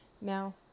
now